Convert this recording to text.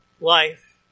Life